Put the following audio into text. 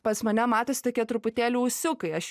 pas mane matėsi tokie truputėlį ūsiukai aš